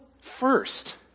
first